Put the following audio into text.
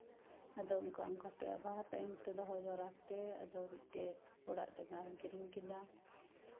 ᱟᱫᱚ ᱚᱱᱟᱠᱼᱚᱱᱠᱟᱛᱮ ᱟᱵᱟᱨ ᱛᱟᱭᱚᱢ ᱛᱮ ᱫᱚᱦᱚ ᱡᱟᱣᱨᱟ ᱠᱟᱛᱮᱫ ᱟᱵᱟᱨ ᱢᱤᱫᱴᱮᱡ ᱚᱲᱜ ᱡᱟᱭᱜᱟᱧ ᱠᱤᱨᱤᱧ ᱠᱮᱫᱟ